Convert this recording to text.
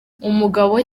umugabo